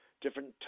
different